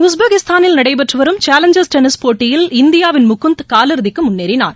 உஸ்பெகிஸ்தானில் நடைபெற்று வரும் challengers tennis போட்டியில் இந்தியாவின் முகுந்த் காலிறுதிக்கு முன்னேறினார்